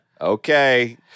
okay